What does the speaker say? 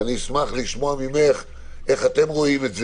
אני אשמח לשמוע ממך, איך אתם רואים את זה?